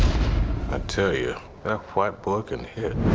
ah tell you that white boy can hit.